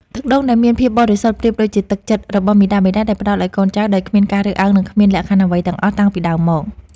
ទឹកដូងដែលមានភាពបរិសុទ្ធប្រៀបដូចជាទឹកចិត្តរបស់មាតាបិតាដែលផ្តល់ឱ្យកូនចៅដោយគ្មានការរើសអើង និងគ្មានលក្ខខណ្ឌអ្វីទាំងអស់តាំងពីដើមមក។